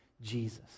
jesus